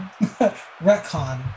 Retcon